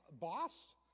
Boss